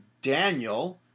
Daniel